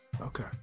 okay